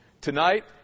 Tonight